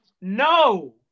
no